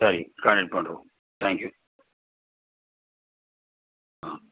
சரி கான்டெக்ட் பண்ணுறோம் தேங்க்யூ ஆ